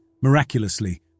Miraculously